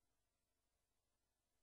(הישיבה נפסקה בשעה 11:01 ונתחדשה בשעה